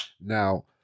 Now